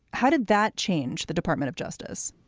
how did that change the department of justice?